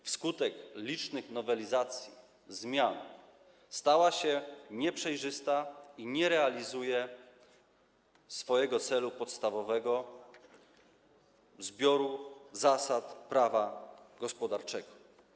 Wskutek licznych nowelizacji, zmian stała się nieprzejrzysta i nie realizuje swojego celu podstawowego: bycia zbiorem zasad prawa gospodarczego.